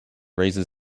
raises